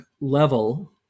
level